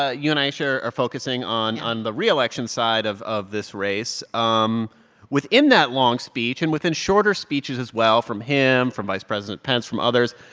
ah you and i are focusing on on the re-election side of of this race. um within that long speech and within shorter speeches, as well, from him, from vice president pence, from others,